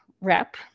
rep